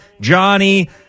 Johnny